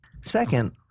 second